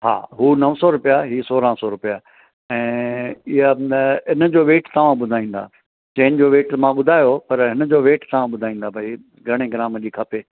हा उहे नौ सौ रुपया इहे सोरहं सौ रुपया ऐं इहा न इन जो वेट तव्हां ॿुधाईंदा चेन जो वेट मां ॿुधायो पर हिन जो वेट तव्हां ॿुधाईंदा भई घणे ग्राम जी खपे